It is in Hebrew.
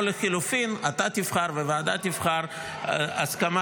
לחילופין אתה תבחר והוועדה תבחר הסכמה